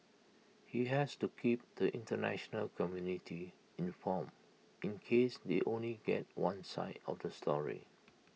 he has to keep the International community informed in case they only get one side of the story